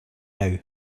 now